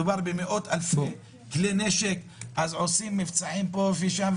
מדובר במאות אלפי כלי נשק אז עושים מבצעים פה ושם,